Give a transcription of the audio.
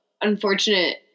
Unfortunate